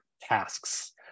tasks